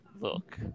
Look